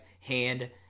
hand